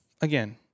again